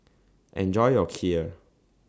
Enjoy your Kheer